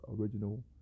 original